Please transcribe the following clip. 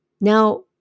Now